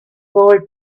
boy